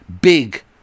big